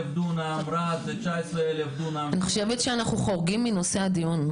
רהט זה 19,000 דונמים --- אני חושבת שאנחנו חורגים מנושא הדיון,